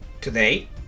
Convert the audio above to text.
Today